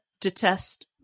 detest